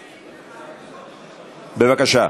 בבקשה.